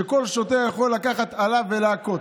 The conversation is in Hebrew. שכל שוטר יכול לקחת אלה ולהכות.